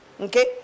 okay